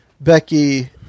becky